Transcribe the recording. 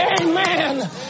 amen